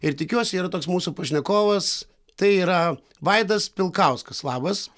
ir tikiuosi yra toks mūsų pašnekovas tai yra vaidas pilkauskas labas